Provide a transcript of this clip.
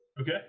okay